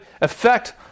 effect